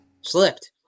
Slipped